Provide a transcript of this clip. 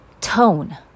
tone